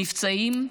נפצעים,